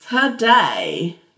today